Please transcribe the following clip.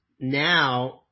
now